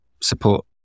support